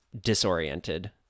disoriented